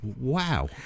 Wow